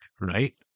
right